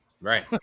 Right